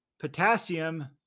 potassium